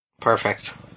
Perfect